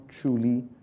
truly